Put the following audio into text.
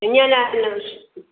हींअंर